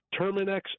Terminex